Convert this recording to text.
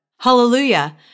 Hallelujah